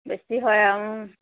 বেছি হয় আৰু